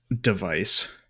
device